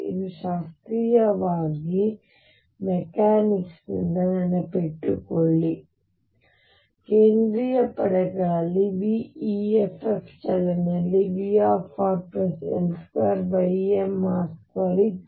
ಇಲ್ಲಿ ಶಾಸ್ತ್ರೀಯ ಮೆಕ್ಯಾನಿಕ್ಸ್ನಿಂದ ನೆನಪಿಸಿಕೊಳ್ಳಿ ಕೇಂದ್ರೀಯ ಪಡೆಗಳಲ್ಲಿ veff ಚಲನೆಯಲ್ಲಿ Vrl22mr2 ಇತ್ತು